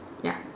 ya